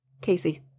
Casey